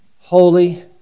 holy